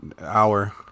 hour